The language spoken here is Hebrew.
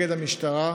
נגד המשטרה,